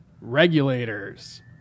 Regulators